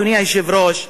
אדוני היושב-ראש,